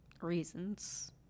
reasons